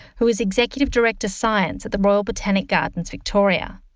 who is executive director science at the royal botanic gardens victoria.